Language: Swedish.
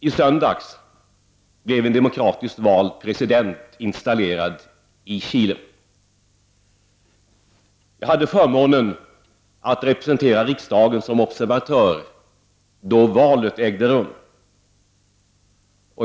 I söndags blev en demokratiskt vald president installerad i Chile. Jag hade förmånen att representera riksdagen som observatör då valet ägde rum.